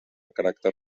caràcter